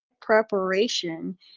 preparation